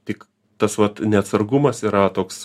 tik tas vat neatsargumas yra toks